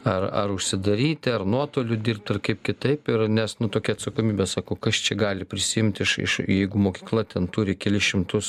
ar ar užsidaryti ar nuotoliu dirbti ir kaip kitaip ir nes nu tokia atsakomybė sako kas čia gali prisiimti iš jeigu mokykla ten turi kelis šimtus